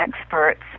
experts